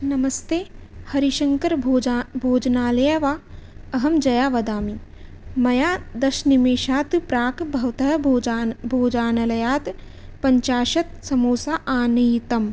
नमस्ते हरिशङ्कर भोजा भोजनालयः वा अहं जया वदामि मया दश निमेषात् प्राक् भवतः भोजा भोजनलयात् पञ्चाशत् समोसा आनीतम्